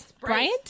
Bryant